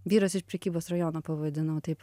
vyras iš prekybos rajono pavadinau taip